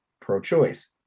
pro-choice